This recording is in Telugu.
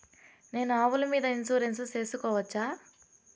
నేను ఆవుల మీద ఇన్సూరెన్సు సేసుకోవచ్చా?